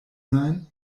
sein